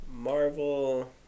Marvel